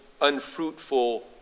unfruitful